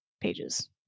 pages